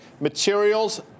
materials